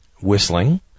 whistling